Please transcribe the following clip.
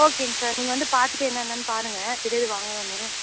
ஓகேங்க சார் நீங்கள் வந்து பார்த்துட்டு என்ன என்னென்று பாருங்கள் எது எது வாங்கணும்னு